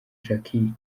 jackie